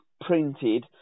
printed